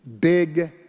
big